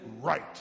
right